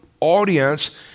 audience